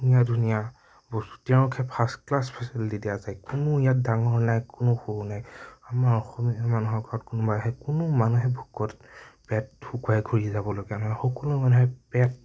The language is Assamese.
ধুনীয়া ধুনীয়া তেওঁকহে ফাষ্ট ক্লাছ ফেচিলিটি দিয়া যায় কোনো ইয়াত ডাঙৰ নাই কোনো সৰু নাই আমাৰ অসমীয়া মানুহৰ ঘৰত কোনোবা আহে কোনো মানুহে ভোকত পেট শুকুৱাই ঘূৰি যাব লগা নহয় সকলো মানুহে পেট